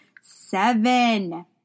seven